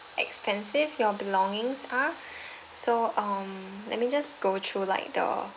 expensive your belongings are so um let me just go through like the